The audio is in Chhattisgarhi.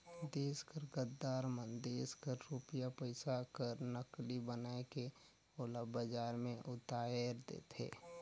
देस कर गद्दार मन देस कर रूपिया पइसा कर नकली बनाए के ओला बजार में उताएर देथे